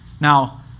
Now